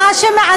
תתקני את החוק,